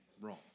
wrong